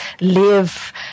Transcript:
live